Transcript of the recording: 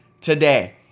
today